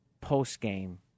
post-game